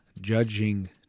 judging